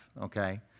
okay